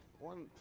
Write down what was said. one